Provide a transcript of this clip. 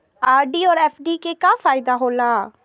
RD और FD के का फायदा हौला?